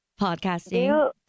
Podcasting